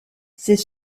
ses